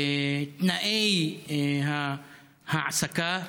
תנאי העסקה.